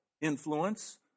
influence